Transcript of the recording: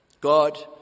God